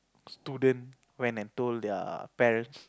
student went and told their parents